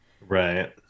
right